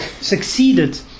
succeeded